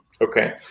Okay